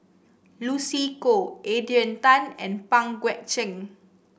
Lucy Koh Adrian Tan and Pang Guek Cheng